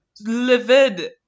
livid